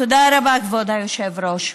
תודה רבה, כבוד היושב-ראש.